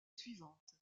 suivante